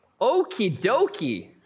Okie-dokie